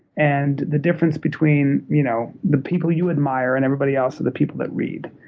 and the difference between you know the people you admire and everybody else are the people that read.